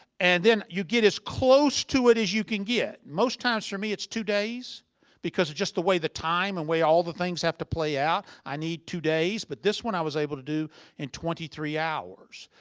and then you get as close to it as you can get. most times, for me, it's two days because it's just the way the time and way all the things have to play out. i need two days. but this one i was able to do in twenty three hours.